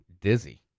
dizzy